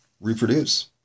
reproduce